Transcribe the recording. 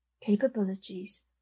capabilities